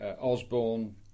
Osborne